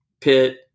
Pitt